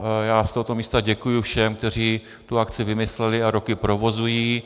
Já z tohoto místa děkuji všem, kteří tu akci vymysleli a roky provozují.